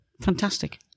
Fantastic